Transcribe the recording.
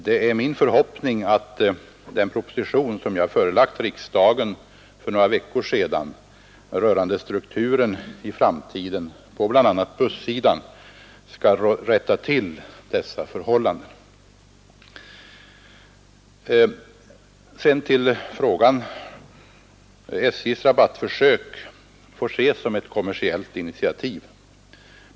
Det är min förhoppning att den proposition rörande bl a. busstrafikens framtida struktur som jag förelade riksdagen för några veckor sedan skall rätta till dessa förhållanden. Sedan vill jag besvara frågan. SJ:s rabattförsök får ses som ett kommersiellt initiativ.